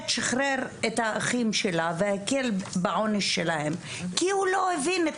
שחרר את האחים שלה והקל בעונש שלהם כי הוא לא הבין את